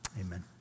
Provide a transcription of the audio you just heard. amen